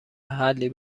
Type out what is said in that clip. حلی